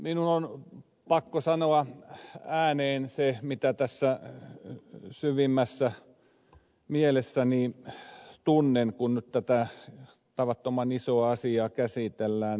minun on pakko sanoa ääneen se mitä tässä syvimmässä mielessäni tunnen kun nyt tätä tavattoman isoa asiaa käsitellään